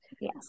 Yes